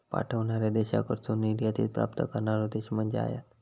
पाठवणार्या देशाकडसून निर्यातीत प्राप्त करणारो देश म्हणजे आयात